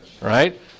right